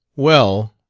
well,